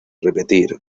repetir